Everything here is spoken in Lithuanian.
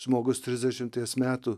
žmogus trisdešimties metų